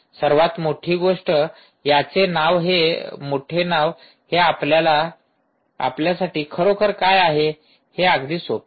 सर्वात मोठी गोष्ट याचे मोठे नाव हे आपल्यासाठी खरोखर काय आहे हे अगदी सोपे आहे